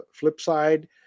Flipside